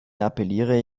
appelliere